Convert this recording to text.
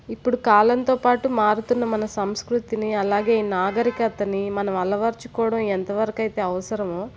ఇప్పుడు కాలంతో పాటు మారుతున్న మన సంస్కృతిని అలాగే నాగరికతని మనం అలవరచుకోవడం ఎంతవరకైతే అవసరమో